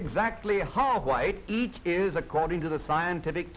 exactly how white each is according to the scientific